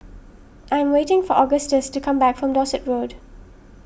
I am waiting for Augustus to come back from Dorset Road